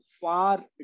far